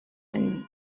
any